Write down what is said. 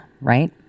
Right